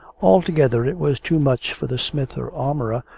altogether it was too much for the smith or armourer,